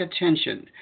attention